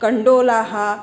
कण्डोलाः